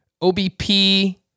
OBP